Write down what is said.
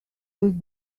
was